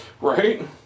Right